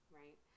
right